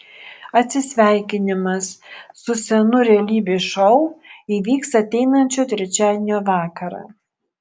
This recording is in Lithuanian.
atsisveikinimas su senu realybės šou įvyks ateinančio trečiadienio vakarą